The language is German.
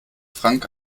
frank